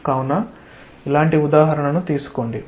కావున ఇలాంటి ఉదాహరణ తీసుకోండి